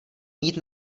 mít